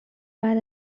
بعد